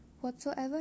whatsoever